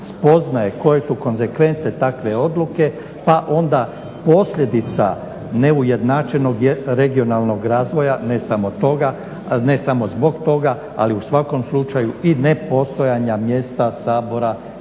spoznaje koje su konzekvence takve odluke pa onda posljedica neujednačenog regionalnog razvoja, ne samo zbog toga ali u svakom slučaju i nepostojanja mjesta Sabora